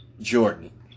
Jordan